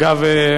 אגב,